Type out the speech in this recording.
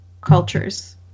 cultures